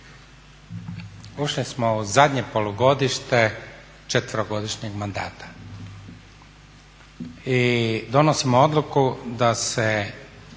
Ušli u zadnje polugodište četverogodišnjeg mandata i donosimo odluku da se